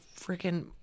freaking